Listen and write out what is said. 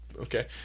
Okay